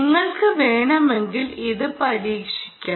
നിങ്ങൾക്ക് വേണമെങ്കിൽ ഇത് പരീക്ഷിക്കാം